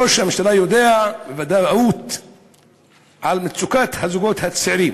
ראש הממשלה יודע בוודאות על מצוקת הזוגות הצעירים.